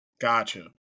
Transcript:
Gotcha